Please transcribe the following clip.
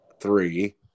three